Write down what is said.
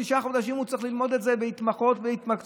תשעה חודשים הוא צריך ללמוד את זה ולהתמחות ולהתמקצע,